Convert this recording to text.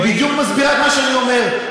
היא בדיוק מסבירה את מה שאני אומר,